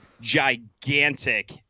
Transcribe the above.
gigantic